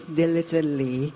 diligently